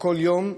שכל יום,